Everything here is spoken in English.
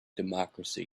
democracy